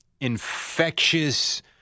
infectious